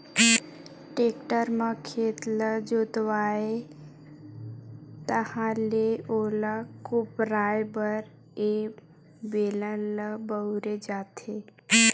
tractor म खेत ल जोतवाबे ताहाँले ओला कोपराये बर ए बेलन ल बउरे जाथे